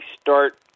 start